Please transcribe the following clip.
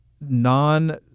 non